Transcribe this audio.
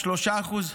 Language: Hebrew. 3%?